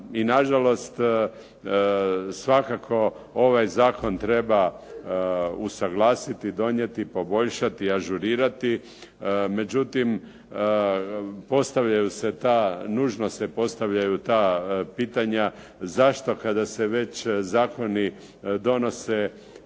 I na žalost ovaj zakon treba usuglasiti, poboljšati, donijeti, ažurirati. Međutim, postavljaju se ta, nužno se postavljaju ta pitanja zašto kada se već zakoni donose